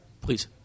please